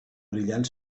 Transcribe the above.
brillant